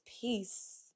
peace